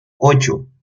ocho